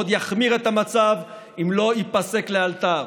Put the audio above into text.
ועוד יחמיר את המצב אם לא ייפסק לאלתר.